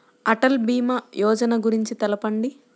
అటల్ భీమా యోజన గురించి తెలుపండి?